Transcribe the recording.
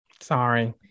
Sorry